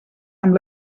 amb